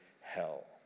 hell